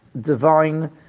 divine